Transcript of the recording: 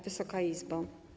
Wysoka Izbo!